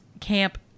camp